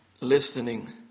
Listening